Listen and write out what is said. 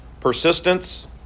persistence